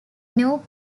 knew